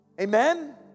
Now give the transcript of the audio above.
Amen